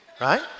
right